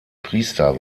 priester